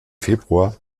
februar